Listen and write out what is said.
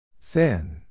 Thin